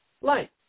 light